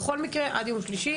בכל מקרה, עד יום שלישי.